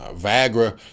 Viagra